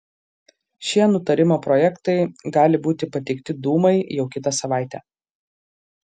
šie nutarimo projektai gali būti pateikti dūmai jau kitą savaitę